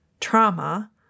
trauma